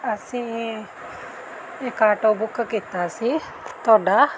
ਅਸੀਂ ਇਕ auto book ਕੀਤਾ ਸੀ ਤੁਹਾਡਾ